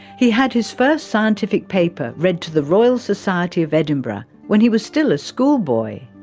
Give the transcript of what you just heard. he had his first scientific paper read to the royal society of edinburgh when he was still a schoolboy.